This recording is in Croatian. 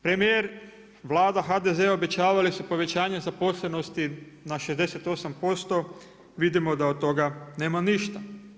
Premijer i Vlada HDZ-a obećavali su povećanje zaposlenosti na 68% vidimo da od toga nema ništa.